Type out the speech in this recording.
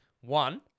one